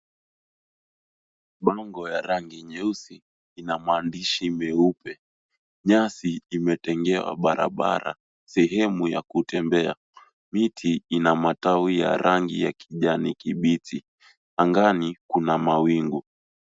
Bango ya rangi nyeusi ina maandishi meupe. Nyasi imetengewa barabara, sehemu ya kutembea. Miti ina matawi ya rangi ya kijani kibichi. Angani kuna mawingu.